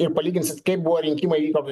ir palyginsite kaip buvo rinkimai vyko